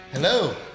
hello